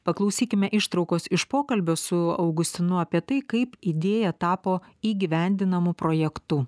paklausykime ištraukos iš pokalbio su augustinu apie tai kaip idėja tapo įgyvendinamu projektu